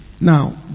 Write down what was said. now